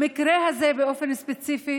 במקרה הזה באופן ספציפי